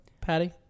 Patty